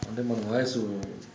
Premium అత్తే ఎంత?